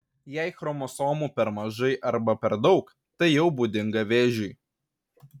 jei chromosomų per mažai arba per daug tai jau būdinga vėžiui